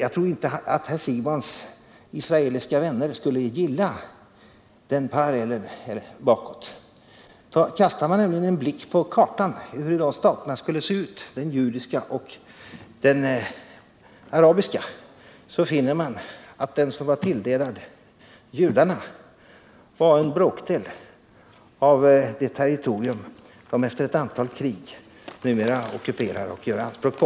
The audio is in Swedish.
Herr Siegbahns israeliska vänner skulle nog inte gilla den parallellen bakåt. Om man kastar en blick på kartan över hur de staterna skulle se ut — den judiska och den arabiska — så finner man nämligen att den del som var tilldelad judarna omfattade en bråkdel av det territorium de efter ett antal krig numera ockuperar och gör anspråk på.